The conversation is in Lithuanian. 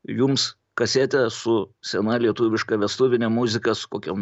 jums kasetę su sena lietuviška vestuvine muzika su kokiom